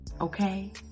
Okay